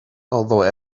although